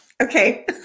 Okay